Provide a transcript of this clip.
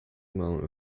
amount